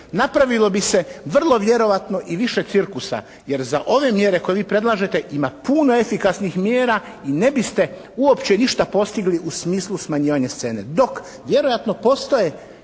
Napravilo bi se vrlo vjerojatno i više cirkusa. Jer za ove mjere koje vi predlažete ima puno efikasnih mjera i ne biste uopće išta postigli u smislu smirivanja scene. Dok vjerojatno postoje